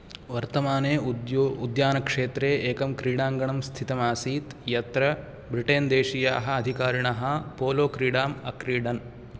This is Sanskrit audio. वर्तमाने उद्यानक्षेत्रे एकं क्रीडाङ्गणं स्थितमासीत् यत्र ब्रिटेन् देशीयाः अधिकारिणः पोलोक्रीडाम् अक्रीडन्